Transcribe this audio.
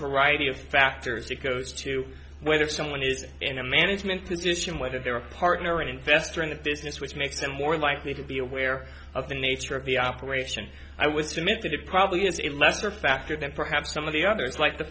variety of factors that go to whether someone is in a management position whether they're a partner or an investor in the business which makes them more likely to be aware of the nature of the operation i was timid that it probably is a lesser factor than perhaps some of the others like the